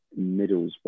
Middlesbrough